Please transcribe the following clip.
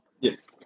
Yes